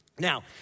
Now